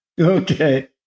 Okay